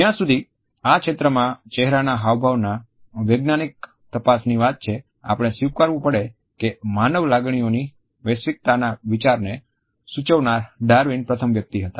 જ્યાં સુધી આ ક્ષેત્રમાં ચહેરાના હાવભાવના વૈજ્ઞાનિક તપાસની વાત છે આપણે સ્વીકારવું પડે કે માનવ લાગણીઓની વૈશ્વિકતાના વિચારને સૂચવનાર ડાર્વિન પ્રથમ વ્યક્તિ હતા